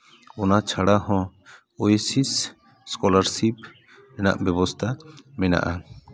ᱚᱱᱟ ᱪᱷᱟᱲᱟ ᱦᱚᱸ ᱳᱭᱮᱥᱤᱥ ᱮᱥᱠᱚᱞᱟᱨᱥᱤᱯ ᱨᱮᱱᱟᱜ ᱵᱮᱵᱚᱥᱛᱷᱟ ᱢᱮᱱᱟᱜᱼᱟ